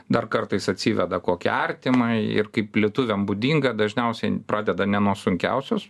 dar kartais atsiveda kokį artimą ir kaip lietuviam būdinga dažniausi pradeda ne nuo sunkiausios